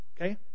Okay